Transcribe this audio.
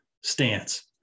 stance